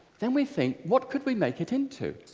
then we think, what could we make it into?